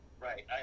right